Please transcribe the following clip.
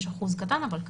יש אחוז קטן, אבל כן,